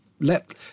let